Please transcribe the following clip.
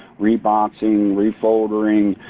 reboxing, refoldering,